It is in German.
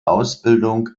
ausbildung